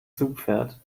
zugpferd